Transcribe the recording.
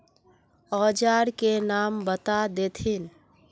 औजार के नाम बता देथिन?